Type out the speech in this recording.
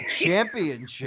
championship